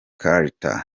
carter